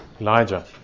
Elijah